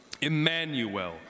Emmanuel